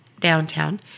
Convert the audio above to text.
downtown